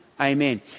Amen